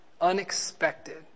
Unexpected